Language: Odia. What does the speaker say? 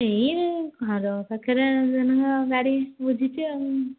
ଏହି ଘର ପାଖରେ ଜଣଙ୍କ ଗାଡ଼ି ବୁଝିଛି ଆଉ